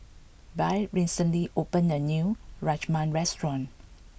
Byrd recently opened a new Rajma restaurant